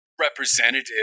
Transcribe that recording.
representative